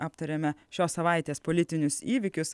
aptarėme šios savaitės politinius įvykius